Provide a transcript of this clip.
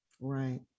Right